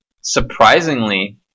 surprisingly